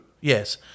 Yes